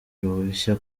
uruhushya